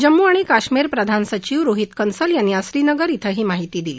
जम्मू आणि काश्मीर प्रधान सचिव रोहीत कन्सल यांनी आज श्रीनगर क्रे ही माहिती दिली